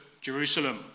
Jerusalem